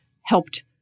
helped